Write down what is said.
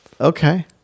Okay